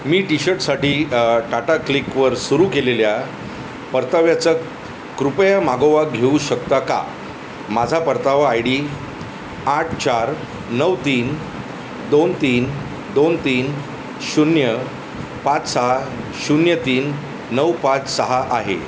मी T शर्टसाठी टाटा क्लिकवर सुरू केलेल्या परताव्याचा कृपया मागोवा घेऊ शकता का माझा परतावा आय डी आठ चार नऊ तीन दोन तीन दोन तीन शून्य पाच सहा शून्य तीन नऊ पाच सहा आहे